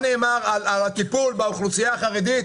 אני אספר לך מה נאמר על הטיפול באוכלוסייה החרדית.